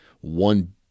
one